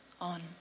on